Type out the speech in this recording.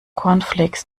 cornflakes